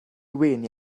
wenu